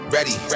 Ready